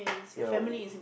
yeah